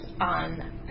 on